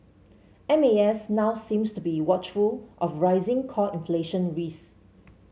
M A S now seems to be watchful of rising core inflation risks